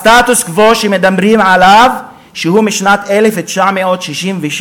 הסטטוס-קוו שמדברים עליו, שהוא משנת 1967,